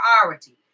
priority